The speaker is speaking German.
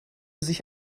sich